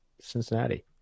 Cincinnati